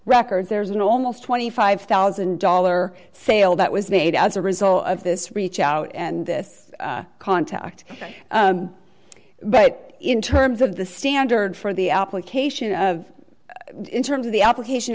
records there's an almost twenty five thousand dollars sale that was made as a result of this reach out and this contact but in terms of the standard for the application of in terms of the application